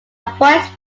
voice